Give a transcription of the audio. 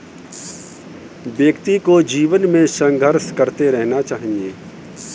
व्यक्ति को जीवन में संघर्ष करते रहना चाहिए